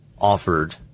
offered